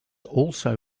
also